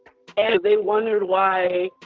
and they wondered why,